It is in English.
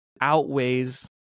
outweighs